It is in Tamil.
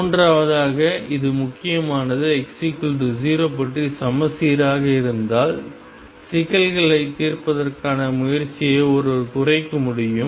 மூன்றாவதாக இது முக்கியமானது x0 பற்றி சமச்சீராக இருந்தால் சிக்கலைத் தீர்ப்பதற்கான முயற்சியை ஒருவர் குறைக்க முடியும்